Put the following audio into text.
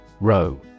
Row